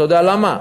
אתה יודע למה?